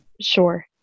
sure